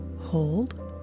hold